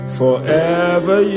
forever